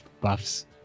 buffs